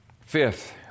Fifth